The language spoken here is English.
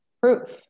proof